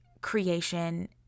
creation